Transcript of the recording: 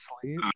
sleep